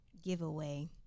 giveaway